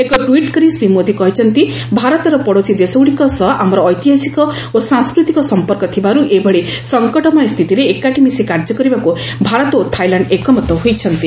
ଏକ ଟ୍ୱିଟ୍ କରି ଶ୍ରୀ ମୋଦି କହିଛନ୍ତି ଭାରତର ପଡ଼ୋଶୀ ଦେଶଗୁଡ଼ିକ ସହ ଆମର ଐତିହାସିକ ଓ ସଂସ୍କୃତିକ ସମ୍ପର୍କ ଥିବାରୁ ଏଭଳି ସଙ୍କଟମୟ ସ୍ଥିତିରେ ଏକାଠି ମିଶି କାର୍ଯ୍ୟ କରିବାକୁ ଭାରତ ଓ ଥାଇଲ୍ୟାଣ୍ଡ୍ ଏକମତ ହୋଇଛନ୍ତି